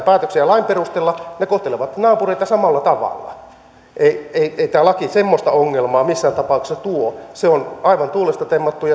päätöksiä lain perusteella ne kohtelevat naapureita samalla tavalla ei tämä laki semmoista ongelmaa missään tapauksessa tuo se on aivan tuulesta temmattua